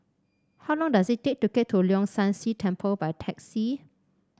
how long does it take to get to Leong San See Temple by taxi